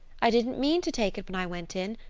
i didn't mean to take it when i went in.